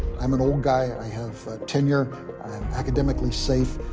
i'm an old guy. i have tenure. i'm academically safe.